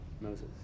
Moses